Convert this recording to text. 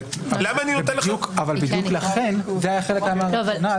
-- אבל בדיוק בגלל זה זה היה חלק מהרציונל